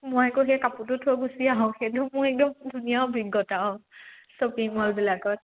মই আকৌ সেই কাপোৰটো থৈ গুচি আহোঁ সেইটো মোৰ একদম ধুনীয়া অভিজ্ঞতা অ শ্বপিং মলবিলাকত